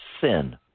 sin